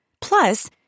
Plus